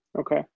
Okay